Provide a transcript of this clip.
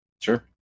Sure